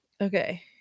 Okay